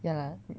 ya lah